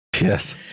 Yes